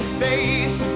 face